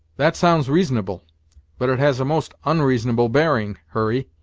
that sounds reasonable but it has a most onreasonable bearing, hurry.